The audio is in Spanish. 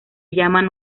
llaman